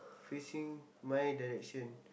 facing my direction